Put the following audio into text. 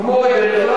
כמו בדרך כלל.